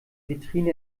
vitrine